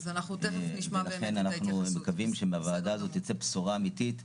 ולכן אנחנו מקווים שמהוועדה הזו תצא בשורה אמיתית,